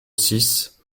six